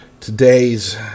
Today's